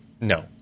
no